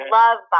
love